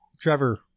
Trevor